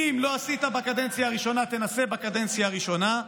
אם לא עשית בקדנציה הראשונה, תנסה בקדנציה השנייה,